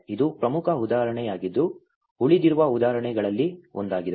ಇದು ಪ್ರಮುಖ ಉದಾಹರಣೆಯಾಗಿದೆ ಉಳಿದಿರುವ ಉದಾಹರಣೆಗಳಲ್ಲಿ ಒಂದಾಗಿದೆ